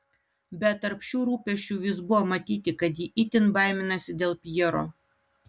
bet tarp šių rūpesčių vis buvo matyti kad ji itin baiminasi dėl pjero